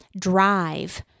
drive